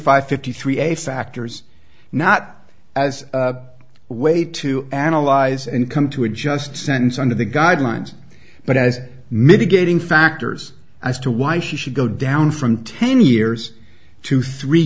five fifty three a factors not as a way to analyze and come to a just sentence under the guidelines but as mitigating factors as to why she should go down from ten years to three